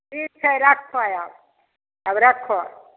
ठीक छै रखऽ आब आब रखऽ